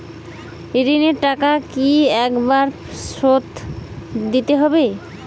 ঋণের টাকা কি একবার শোধ দিতে হবে?